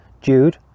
Jude